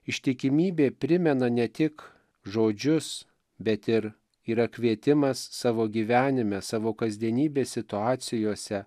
ištikimybė primena ne tik žodžius bet ir yra kvietimas savo gyvenime savo kasdienybės situacijose